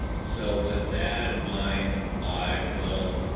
so with that in mind, i will